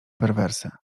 perverse